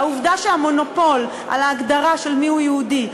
העובדה שהמונופול על ההגדרה מיהו יהודי,